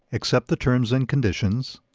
accept the terms and conditions